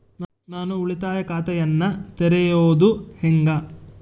ನಾನು ಉಳಿತಾಯ ಖಾತೆಯನ್ನ ತೆರೆಯೋದು ಹೆಂಗ?